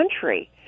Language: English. country